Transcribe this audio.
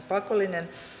pakollinen